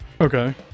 Okay